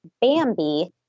Bambi